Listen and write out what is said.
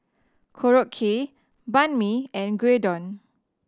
Korokke Banh Mi and Gyudon